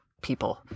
people